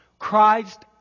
Christ